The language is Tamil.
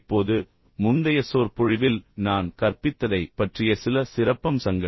இப்போது முந்தைய சொற்பொழிவில் நான் கற்பித்ததைப் பற்றிய சில சிறப்பம்சங்கள்